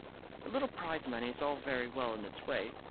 a little prize-money is all very well in its way,